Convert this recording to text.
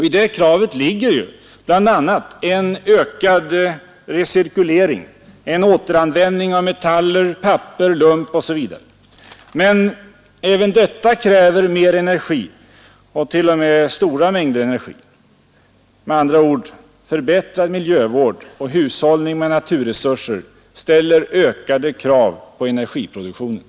I det kravet ligger ju bl.a. en ökad recirkulering — en återanvändning av metaller, papper, lump osv. Men även detta kräver mer energi och t.o.m. stora mängder energi. Med andra ord: Förbättrad miljövård och hushållning med naturresurser ställer ökade krav på energiproduktionen.